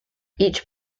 each